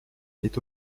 est